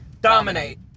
Dominate